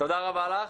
תודה רבה לך.